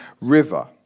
River